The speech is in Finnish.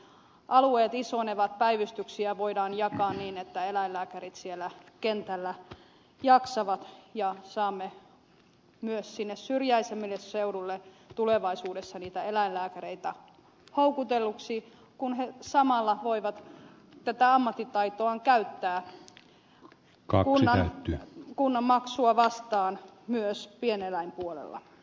kun alueet suurenevat päivystyksiä voidaan jakaa niin että eläinlääkärit siellä kentällä jaksavat ja saamme myös sinne syrjäisemmille seuduille tulevaisuudessa niitä eläinlääkäreitä houkutelluiksi kun he samalla voivat tätä ammattitaitoaan käyttää kunnon maksua vastaan myös pieneläinpuolella